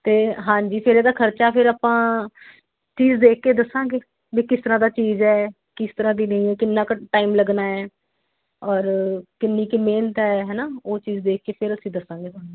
ਅਤੇ ਹਾਂਜੀ ਫਿਰ ਇਹਦਾ ਖਰਚਾ ਫਿਰ ਆਪਾਂ ਚੀਜ਼ ਦੇਖ ਕੇ ਦੱਸਾਂਗੇ ਵੀ ਕਿਸ ਤਰ੍ਹਾਂ ਦਾ ਚੀਜ਼ ਹੈ ਕਿਸ ਤਰ੍ਹਾਂ ਦੀ ਨਹੀਂ ਹੈ ਕਿੰਨਾ ਕੁ ਟਾਈਮ ਲੱਗਣਾ ਹੈ ਔਰ ਕਿੰਨੀ ਕੁ ਮਿਹਨਤ ਹੈ ਹੈ ਨਾ ਉਹ ਚੀਜ਼ ਦੇਖ ਕੇ ਫਿਰ ਅਸੀਂ ਦੱਸਾਂਗੇ ਤੁਹਾਨੂੰ